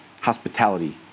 hospitality